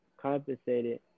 compensated